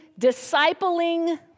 discipling